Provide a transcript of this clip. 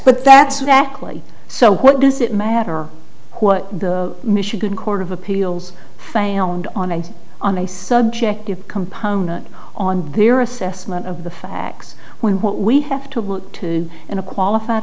but that's exactly so what does it matter what the michigan court of appeals fail and on and on a subjective component on here assessment of the facts when what we have to look to in a qualified